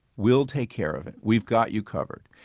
we'll take care of it we've got you covered.